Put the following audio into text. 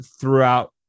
throughout